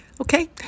Okay